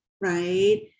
right